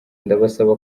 ndabasaba